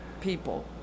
people